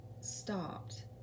stopped